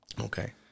Okay